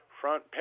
Front